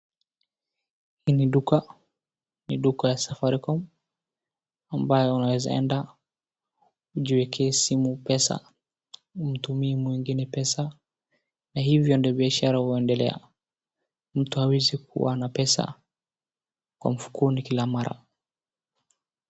Ni duka ya Safaricom ambayo unaweza enda ijiwekee simu pesa, umtumie mwingine pesa, na hivyo ndio biashara huendelea. Mtu hawezi kuwa na pesa kwa mfukoni kila mara.